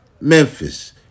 Memphis